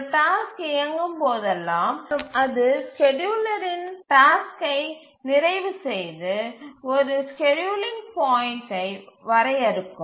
ஒரு டாஸ்க் இயங்கும் போதெல்லாம் மற்றும் அது ஸ்கேட்யூலரின் வேக்ஸை நிறைவு செய்து ஒரு ஸ்கேட்யூலிங் பாயிண்ட்டை வரையறுக்கும்